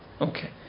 Okay